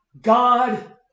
God